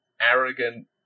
arrogant